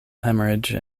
hemorrhage